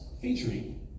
featuring